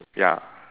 ya